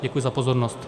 Děkuji za pozornost.